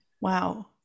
wow